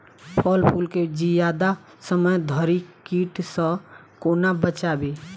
फल फुल केँ जियादा समय धरि कीट सऽ कोना बचाबी?